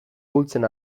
ahultzen